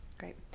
Great